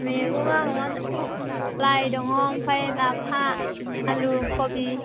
मेगङा लाइ दङ ओमफाय लाफा आलु खबि